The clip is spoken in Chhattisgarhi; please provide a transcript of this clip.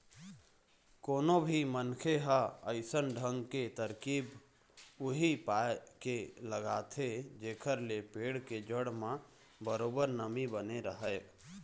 कोनो भी मनखे ह अइसन ढंग के तरकीब उही पाय के लगाथे जेखर ले पेड़ के जड़ म बरोबर नमी बने रहय